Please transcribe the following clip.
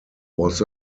was